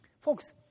Folks